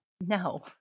No